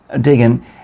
digging